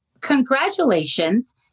congratulations